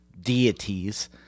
deities